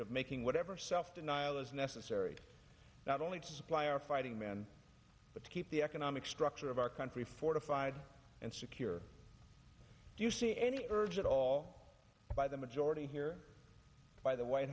of making whatever self denial is necessary not only to supply our fighting men but to keep the economic structure of our country fortified and secure do you see any urge at all by the majority here by the white